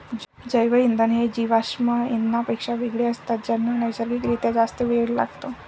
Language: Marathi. जैवइंधन हे जीवाश्म इंधनांपेक्षा वेगळे असतात ज्यांना नैसर्गिक रित्या जास्त वेळ लागतो